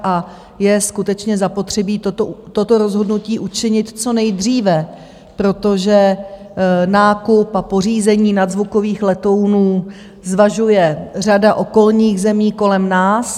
A je skutečně zapotřebí toto rozhodnutí učinit co nejdříve, protože nákup a pořízení nadzvukových letounů zvažuje řada okolních zemí kolem nás.